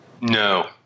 No